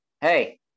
hey